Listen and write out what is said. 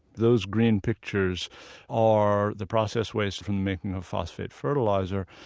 those green pictures are the process waste from making a phosphate fertilizer.